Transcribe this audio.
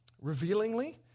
revealingly